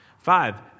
Five